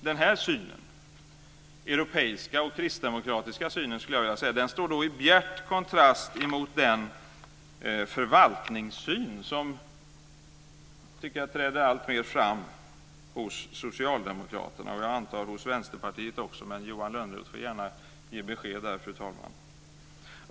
Denna europeiska och kristdemokratiska syn, skulle jag vilja säga, står i bjärt kontrast mot den förvaltningssyn som jag tycker alltmer träder fram hos socialdemokraterna och, antar jag, också hos Vänsterpartiet. Men Johan Lönnroth får gärna ge besked här, fru talman.